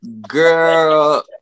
Girl